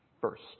first